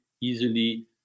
easily